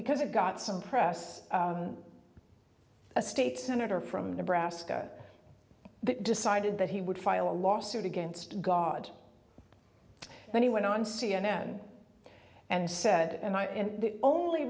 because it got some press a state senator from nebraska decided that he would file a lawsuit against god and he went on c n n and said and i and the only